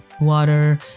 water